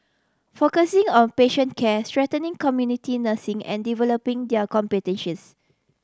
focusing on patient care strengthening community nursing and developing their competencies